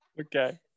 Okay